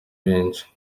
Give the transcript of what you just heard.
benshi